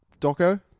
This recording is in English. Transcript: doco